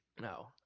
No